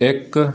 ਇੱਕ